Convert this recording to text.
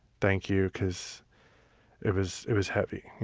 thank you because it was it was heavy.